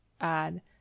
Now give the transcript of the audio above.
add